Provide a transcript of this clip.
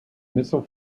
missile